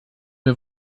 wir